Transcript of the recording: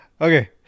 Okay